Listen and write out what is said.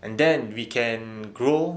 and then we can grow